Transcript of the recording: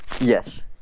Yes